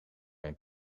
een